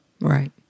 Right